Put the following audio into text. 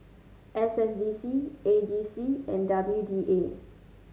S S D C A G C and W D A